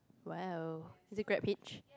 well is it GrabHitch